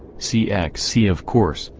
cxc of course,